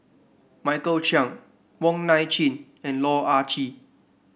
Michael Chiang Wong Nai Chin and Loh Ah Chee